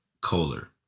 Kohler